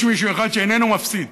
יש מישהו אחד שאיננו מפסיד.